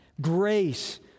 Grace